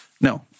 No